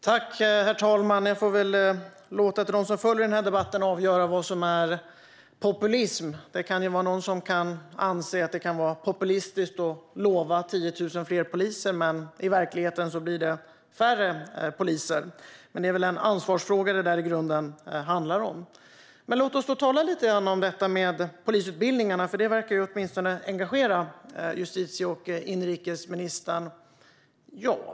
Herr talman! Jag får låta dem som följer debatten avgöra vad som är populism. Det kan vara någon som kan anse det vara populistiskt att lova 10 000 fler poliser medan det i verkligheten blir färre poliser. Det är i grunden en ansvarsfråga. Låt oss tala lite grann om polisutbildningarna. Det verkar åtminstone engagera justitie och inrikesministern.